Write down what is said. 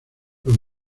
los